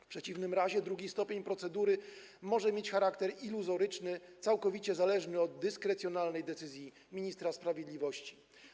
W przeciwnym razie drugi stopień procedury może mieć charakter iluzoryczny, całkowicie zależny od dyskrecjonalnej decyzji ministra sprawiedliwości.